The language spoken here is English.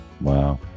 Wow